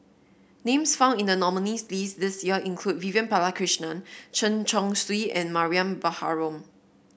names found in the nominees' list this year include Vivian Balakrishnan Chen Chong Swee and Mariam Baharom